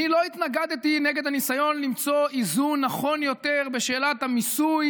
אני לא התנגדתי לניסיון למצוא איזון נכון יותר בשאלת המיסוי